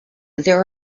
there